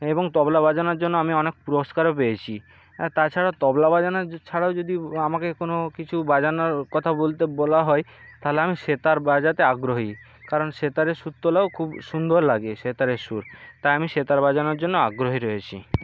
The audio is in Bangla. এবং তবলা বাজানোর জন্য আমি অনেক পুরস্কারও পেয়েছি আর তাছাড়া তবলা বাজানো ছাড়াও যদি আমাকে কোনো কিছু বাজানোর কথা বলতে বলা হয় তাহলে আমি সেতার বাজাতে আগ্রহী কারণ সেতারে সুর তোলাও খুব সুন্দর লাগে সেতারের সুর তাই আমি সেতার বাজানোর জন্য আগ্রহী রয়েছি